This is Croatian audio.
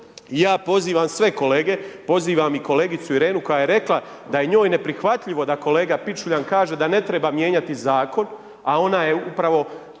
ja pozivam sve kolege, pozivam i kolegicu Irenu, koja je rekla, da je njoj neprihvatljivo, da kolega Pičuljan kaže, da ne treba mijenjati zakon, a ona je upravo